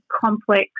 complex